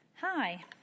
Hi